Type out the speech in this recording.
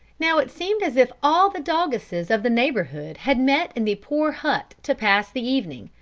now it seemed as if all the doggesses of the neighbourhood had met in the poor hut to pass the evening,